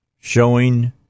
showing